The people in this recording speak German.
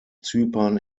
zypern